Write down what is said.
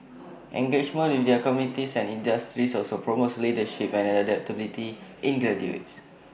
engagement with their communities and industries also promotes leadership and adaptability in graduates